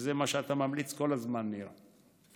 זה מה שאתה ממליץ כל הזמן, ניר.